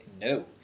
no